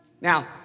Now